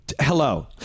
Hello